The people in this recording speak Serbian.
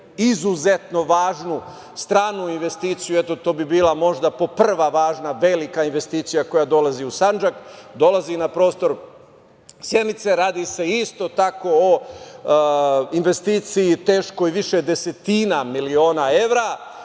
izuzetno važnu stranu investiciju. Eto, to bi bila možda prva važna velika investicija koja dolazi u Sandžak, dolazi na prostor Sjenice. Radi se isto tako o investiciji teškoj više desetina miliona evra